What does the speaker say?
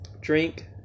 drink